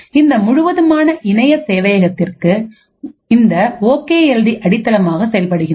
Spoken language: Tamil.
இந்த முழுவதுமான இணைய சேவையகத்திற்கு இந்த ஓகே எல் டி அடித்தளமாக செயல்படுகின்றது